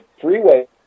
freeway